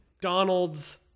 Donald's